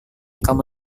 kamu